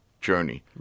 journey